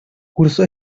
cursó